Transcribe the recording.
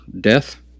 death